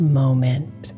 moment